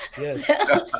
yes